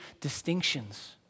distinctions